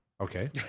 Okay